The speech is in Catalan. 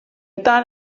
tant